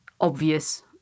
obvious